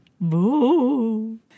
Boo